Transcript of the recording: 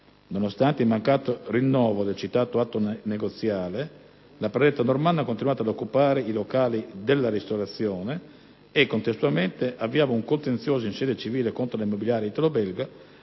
Nonostante il mancato rinnovo del citato atto negoziale, la predetta Normanna ha continuato ad occupare i locali della ristorazione e contestualmente avviava un contenzioso in sede civile contro la Immobiliare italo-belga,